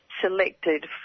selected